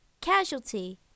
Casualty